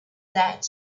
that